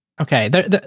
okay